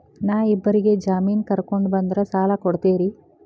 ನಾ ಇಬ್ಬರಿಗೆ ಜಾಮಿನ್ ಕರ್ಕೊಂಡ್ ಬಂದ್ರ ಸಾಲ ಕೊಡ್ತೇರಿ?